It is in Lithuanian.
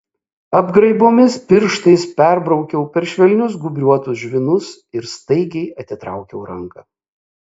apgraibomis pirštais perbraukiau per švelnius gūbriuotus žvynus ir staigiai atitraukiau ranką